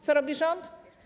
Co robi rząd?